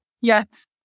yes